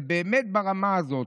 זה באמת ברמה הזאת.